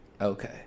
okay